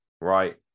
right